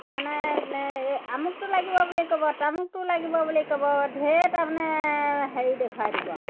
তাৰমানে এই আমুকটো লাগিব বুলি ক'ব তামুকটো লাগিব বুলি ক'ব ঢেৰ তাৰমানে হেৰি দেখুৱাই দিব আৰু